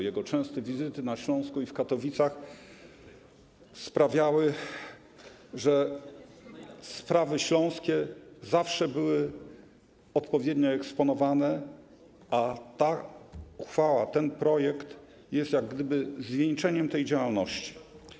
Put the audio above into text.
Jego częste wizyty na Śląsku i w Katowicach sprawiały, że sprawy śląskie zawsze były odpowiednio eksponowane, a projekt tej ustawy jest jak gdyby zwieńczeniem tej działalności.